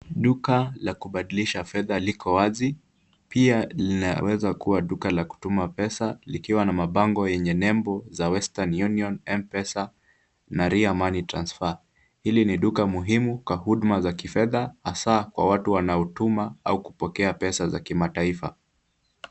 Duka la kubadilisha fedha liko wazi, pia linaweza kuwa duka la kutuma pesa likiwa na mabango yenye nembo za Western Union, M-Pesa na Riya Money Transfer. Hili ni duka muhimu kwa huduma za kifedha hasaa kwa watu wanaotuma au kupokea pesa za kimataifa.